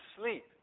sleep